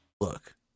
Look